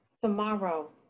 Tomorrow